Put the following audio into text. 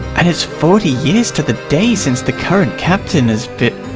and it's forty years to the day since the current captain has been oh,